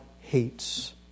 hates